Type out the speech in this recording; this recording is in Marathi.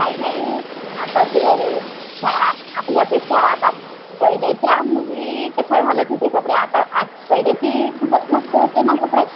नाही नाही आताचे आहे आपल्या आपल्यापेक्षा आता पहिल्याच्या मुली कशा घालत होते कपडे आता आत पहिल्याची खूपच मस्त होते ना कपडे